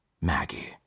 Maggie